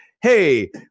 hey